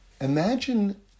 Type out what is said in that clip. Imagine